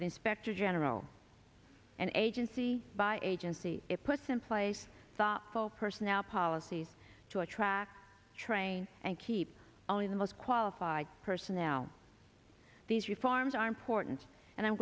for inspector general and agency by agency it puts in place thoughtful personnel policies to attract train and keep only the most qualified personnel these reforms are important and i'm